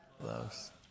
loves